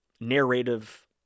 narrative